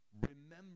remember